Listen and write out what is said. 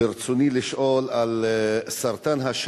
ברצוני לשאול על סרטן השד.